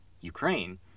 Ukraine